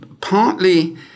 partly